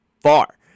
far